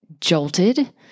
jolted